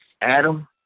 Adam